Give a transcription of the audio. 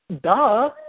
Duh